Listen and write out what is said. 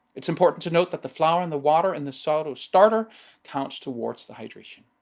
it's important to note that the flour and the water in the sourdough starter counts towards the hydration.